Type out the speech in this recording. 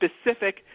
specific